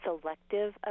selective